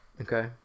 Okay